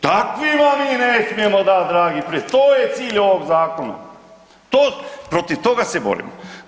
Takvima mi ne smijemo dati dragi, to je cilj ovog zakona, protiv toga se borimo.